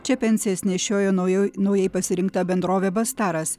čia pensijas nešioja naujo naujai pasirinkta bendrovė bastaras